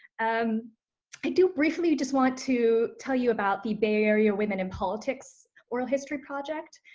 um i do briefly just want to tell you about the bay area women in politics oral history project.